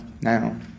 now